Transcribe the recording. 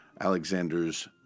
Alexander's